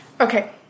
Okay